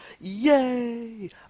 Yay